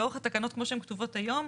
לאורך התקנות כמו שהן כתובות היום,